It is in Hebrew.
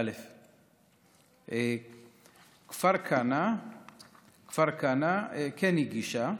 כפר כנא כן הגישה,